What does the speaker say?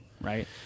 Right